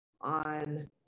on